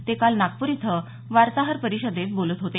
ते काल नागपूर इथं वार्ताहर परिषदेत बोलत होते